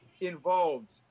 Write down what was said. involved